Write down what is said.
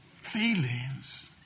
feelings